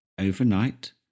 overnight